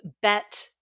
bet